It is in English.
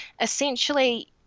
Essentially